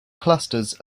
clusters